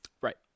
Right